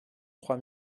trois